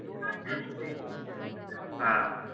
ꯑ